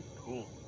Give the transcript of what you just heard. Cool